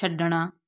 ਛੱਡਣਾ